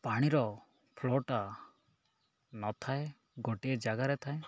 ପାଣିର ଫ୍ଲୋ ଟା ନଥାଏ ଗୋଟିଏ ଜାଗାରେ ଥାଏ